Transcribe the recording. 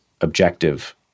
Objective